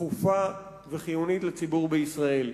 דחופה וחיונית לציבור בישראל.